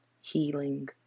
healing